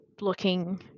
looking